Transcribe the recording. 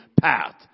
path